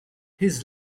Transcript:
his